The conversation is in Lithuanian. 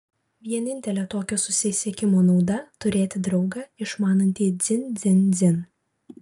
vienintelė tokio susisiekimo nauda turėti draugą išmanantį dzin dzin dzin